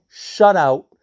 shutout